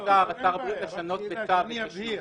הבריאות לשנות בצו.